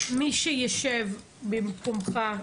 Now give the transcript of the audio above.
מי שיישב במקומך,